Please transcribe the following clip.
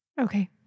Okay